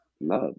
love